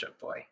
boy